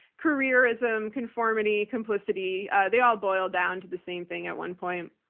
careerism, conformity, complicity. they all boil down to the same thing at one point.